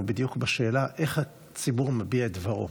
הוא בדיוק בשאלה איך הציבור מביע את דברו.